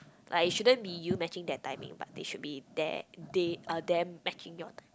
like it shouldn't be you matching their timing but they should be there they uh them matching your time